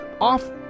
off